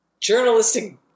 journalistic